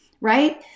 right